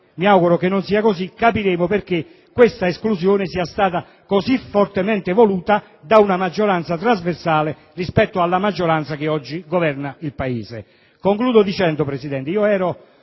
mi auguro che non sia così - capiremo perché questa esclusione sia stata così fortemente voluta da una maggioranza trasversale rispetto a quella che oggi governa il Paese. Signor Presidente, concludo